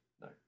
no